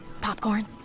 Popcorn